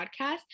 podcast